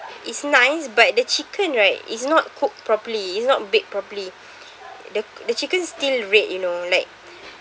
it's nice but the chicken right it's not cooked properly it's not baked properly the the chicken still red you know like